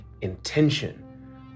intention